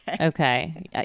Okay